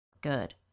Good